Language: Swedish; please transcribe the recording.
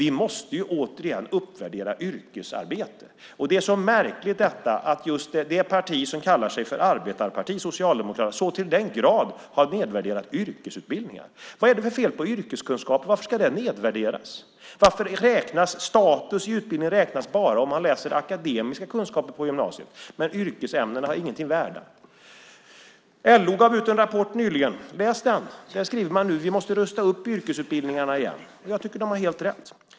Vi måste återigen uppvärdera yrkesarbete. Det är så märkligt att just det parti som kallar sig för arbetarparti, Socialdemokraterna, så till den grad har nedvärderat yrkesutbildningar. Vad är det för fel på yrkeskunskap? Varför ska det nedvärderas? Status i utbildningen räknas bara om man läser akademiska ämnen på gymnasiet. Yrkesämnena är ingenting värda. LO gav ut en rapport nyligen. Läs den! Där skriver man nu: Vi måste rusta upp yrkesutbildningarna igen. Jag tycker att de har helt rätt.